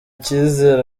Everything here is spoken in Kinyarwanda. cyizere